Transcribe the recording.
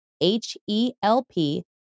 H-E-L-P